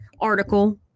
article